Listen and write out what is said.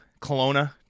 Kelowna